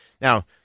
Now